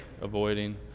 avoiding